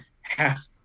half